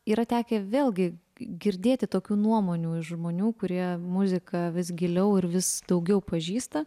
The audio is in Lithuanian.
yra tekę vėlgi girdėti tokių nuomonių iš žmonių kurie muziką vis giliau ir vis daugiau pažįsta